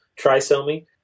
trisomy